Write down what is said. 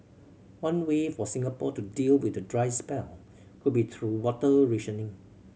one way for Singapore to deal with the dry spell could be through water rationing